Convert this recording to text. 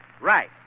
Right